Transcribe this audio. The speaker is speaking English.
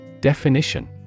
Definition